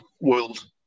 world